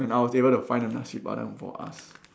when I was able to find the Nasi-Padang for us